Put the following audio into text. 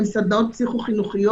הן סדנאות פסיכו-חינוכיות,